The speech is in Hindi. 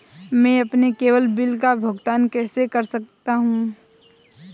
मैं अपने केवल बिल का भुगतान कैसे कर सकता हूँ?